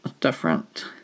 different